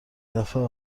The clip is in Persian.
دفعه